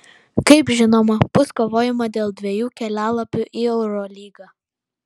kaip žinoma bus kovojama dėl dviejų kelialapių į eurolygą